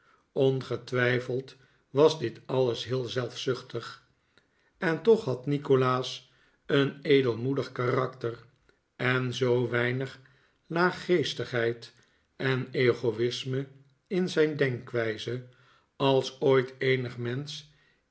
ongetwijfeld was dit alles heel zelfzuchtig en toch had nikolaas een edelmoedig karakter en zoo weinig laaggeestigheid en egoisme in zijn denkwijze als ooit eenig mensch